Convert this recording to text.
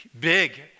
big